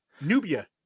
nubia